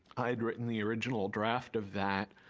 i'd written the original draft of that,